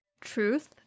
truth